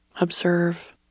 Observe